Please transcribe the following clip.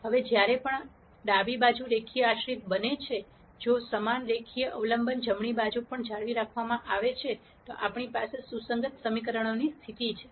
હવે જ્યારે પણ ડાબી બાજુ રેખીય આશ્રિત બને છે જો સમાન રેખીય અવલંબન જમણી બાજુ પણ જાળવી રાખવામાં આવે છે તો આપણી પાસે સુસંગત સમીકરણોની સ્થિતિ છે